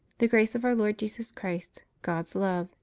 the grace of our lord jesus christ, god's love,